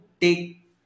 take